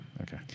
Okay